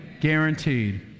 guaranteed